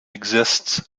exists